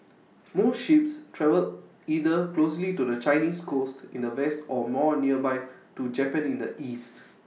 most ships travel either closer to the Chinese coast in the west or more nearby to Japan in the east